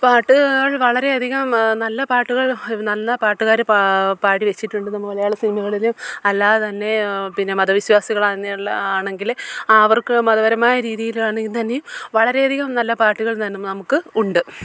പാട്ടുകൾ വളരെയധികം നല്ല പാട്ടുകൾ നന്ന പാട്ടുകാർ പാ പാടി വെച്ചിട്ടുണ്ട് നമ്മൾ മലയാള സിനിമകളിൽ അല്ലാതെ തന്നെ പിന്നെ മത വിശ്വാസികളങ്ങനെയുള്ള ആണെങ്കിൽ അവർക്ക് മതപരമായ രീതിയിലാണ് തന്നെയും വളരെയധികം നല്ല പാട്ടുകൾ തന്നെ നമുക്ക് ഉണ്ട്